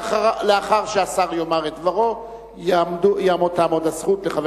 לאחר שהשר יאמר את דברו תעמוד הזכות לחבר